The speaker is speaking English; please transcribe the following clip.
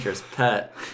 pet